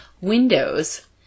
windows